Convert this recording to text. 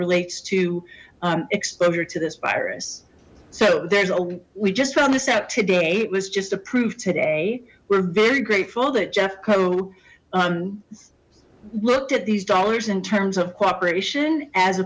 relates to exposure to this virus so there's a we just found this out today it was just approved today we're very grateful that jeffco looked at these dollars in terms of cooperation as